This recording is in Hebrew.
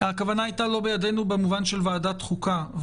--- הכוונה היתה לא בידנו במובן של ועדת חוקה.